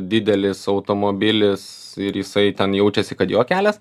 didelis automobilis ir jisai ten jaučiasi kad jo kelias